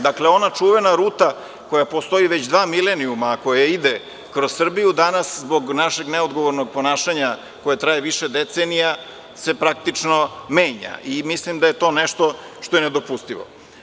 Dakle, ona čuvena ruta koja postoji već dva milenijuma a koja ide kroz Srbiju danas zbog našeg neodgovornog ponašanja koje traje više decenija se praktično menja i mislim da je to nešto što je nedopustivo.